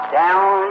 down